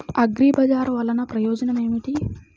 అగ్రిబజార్ వల్లన ప్రయోజనం ఏమిటీ?